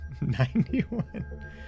91